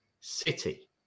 City